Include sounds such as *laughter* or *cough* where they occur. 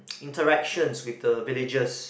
*noise* interactions with the villagers